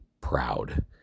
proud